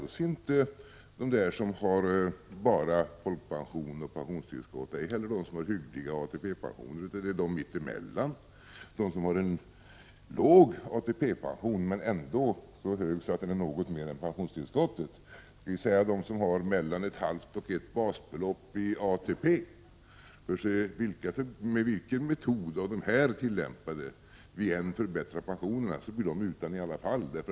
Det är inte alls de som bara har folkpension och pensionstillskott, ej heller de som har hyggliga ATP-pensioner, utan det är de som finns någonstans mitt emellan. Det gäller alltså de som har låg ATP-pension — men en ATP pension som ändå är så hög att den är något större än pensionstillskottet, dvs. de som har mellan 0,5 och 1 basbelopp i ATP. Vilken metod av de här tillämpade som vi än väljer när det gäller att förbättra pensionerna får dessa människor i alla fall ingenting.